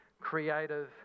creative